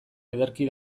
ederki